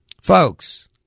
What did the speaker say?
Folks